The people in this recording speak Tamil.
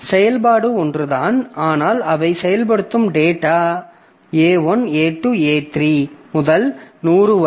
செயல்பாடு ஒன்றுதான் ஆனால் அவை செயல்படும் டேட்டா அவை a1 a2 a3 முதல் 100 வரை